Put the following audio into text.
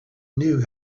knew